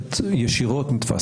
המערכת ישירות נתפס.